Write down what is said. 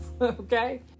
okay